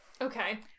Okay